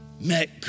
met